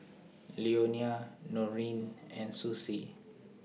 Leonia Noreen and Susie